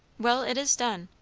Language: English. well, it is done.